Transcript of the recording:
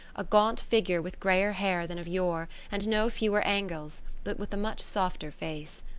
a gaunt figure with grayer hair than of yore and no fewer angles, but with a much softer face.